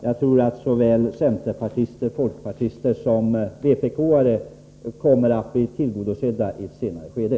Jag tror att såväl centerpartisters och folkpartisters som vpk-ares önskemål kommer att bli tillgodosedda i ett senare skede.